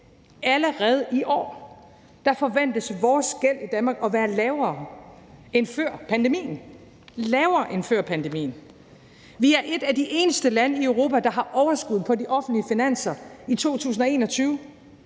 allerede i år forventes vores gæld i Danmark at være lavere end før pandemien – lavere end før pandemien! Vi er et af de eneste lande i Europa, der havde overskud på de offentlige finanser i 2021.